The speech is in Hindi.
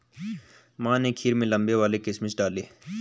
माँ ने खीर में लंबे वाले किशमिश डाले